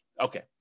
Okay